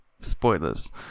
spoilers